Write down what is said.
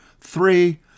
three